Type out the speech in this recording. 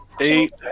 Eight